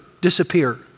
disappear